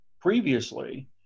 previously